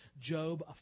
Job